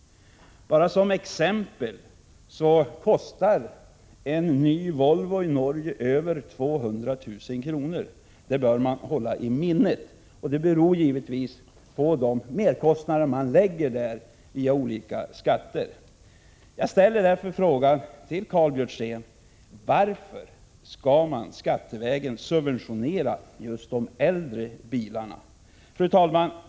Som exempel kan jag nämna att en ny Volvo kostar över 200 000 kr. i Norge. Det bör man hålla i minnet. Det beror givetvis på de merkostnader man får på grund av olika skatter. Jag ställer därför frågan till Karl Björzén: Varför skall man skattevägen subventionera just de äldre bilarna? Fru talman!